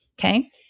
Okay